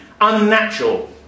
unnatural